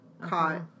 caught